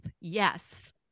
Yes